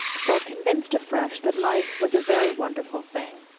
felt convinced afresh that life was a very wonderful thing.